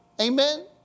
Amen